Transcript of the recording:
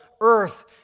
earth